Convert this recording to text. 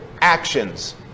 actions